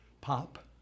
pop